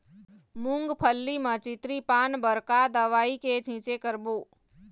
मूंगफली म चितरी पान बर का दवई के छींचे करबो?